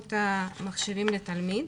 בכמות המכשירים לתלמיד.